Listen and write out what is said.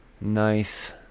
Nice